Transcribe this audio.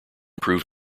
proved